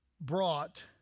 brought